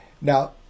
Now